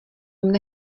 mne